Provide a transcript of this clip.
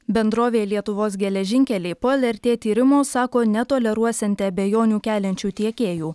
bendrovė lietuvos geležinkeliai po lrt tyrimo sako netoleruosianti abejonių keliančių tiekėjų